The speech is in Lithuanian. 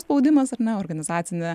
spaudimas ar ne organizacinė